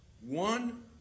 One